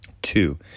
two